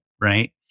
right